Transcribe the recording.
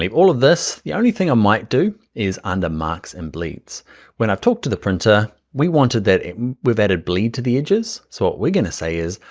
ah all of these, the only thing i might do is under marks and bleeds when i've talked to the printer, we wanted that we've added bleed to the edges so what we're gonna say is,